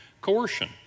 coercion